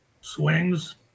swings